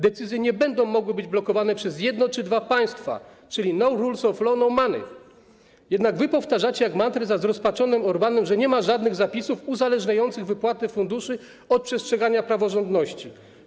Decyzje nie będą mogły być blokowane przez jedno czy dwa państwa, czyli no rules of law, no money, jednak wy powtarzacie jak mantrę za zrozpaczonym Orbánem, że nie ma żadnych zapisów uzależniających wypłaty funduszy od przestrzegania praworządności.